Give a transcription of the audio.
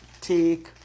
take